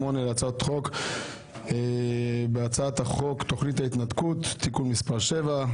לתקנון הכנסת בהצעת חוק יישום תוכנית ההתנתקות (תיקון מס' 7),